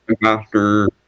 master